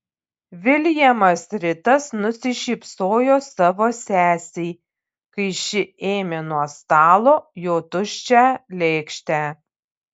viljamas ritas nusišypsojo savo sesei kai ši ėmė nuo stalo jo tuščią lėkštę